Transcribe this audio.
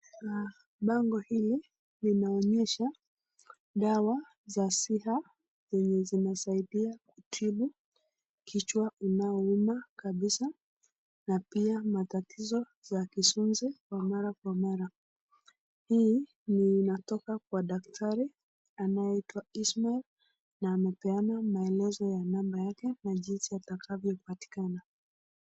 Bango hili linaonyesha dawa za [syrup] yenye zinasaidia kutibu kichwa inayo uma kabisa na pia matatizo za kizunzi mara kwa mara. Hii ni inatoka kwa dakitari anaye itwa Ishmael na amepeana maelezo na namba yake na jinzi atakavyo patikana.